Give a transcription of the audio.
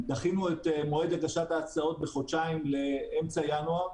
דחינו את מועד הגשת ההצעות בחודשיים, לאמצע ינואר.